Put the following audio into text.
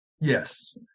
Yes